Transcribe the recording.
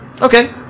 okay